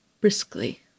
briskly